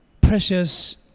precious